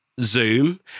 zoom